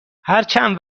هرچند